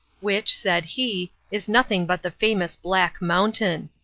which, said he, is nothing but the famous black mountain.